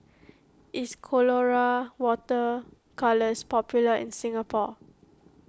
is Colora Water Colours popular in Singapore